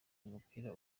umupira